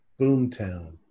boomtown